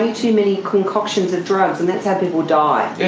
um too many concoctions of drugs and that's how people die.